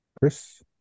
Chris